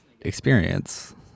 experience